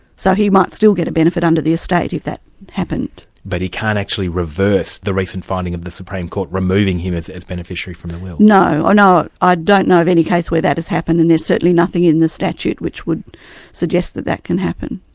so he might still get a benefit under the estate if that happened. but he can't actually reverse the recent and finding of the supreme court removing him as as beneficiary from the will. no, ah i don't know of any case where that has happened, and there's certainly nothing in the statute which would suggest that that can happen.